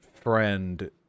friend